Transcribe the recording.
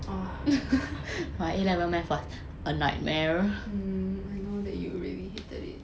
!wah! I know that you really hated it